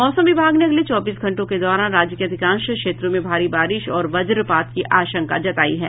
मौसम विभाग ने अगले चौबीस घंटों के दौरान राज्य के अधिकांश क्षेत्रों में भारी बारिश और वज्रपात की आशंका जतायी है